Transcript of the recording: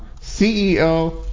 CEO